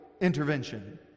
intervention